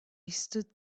stood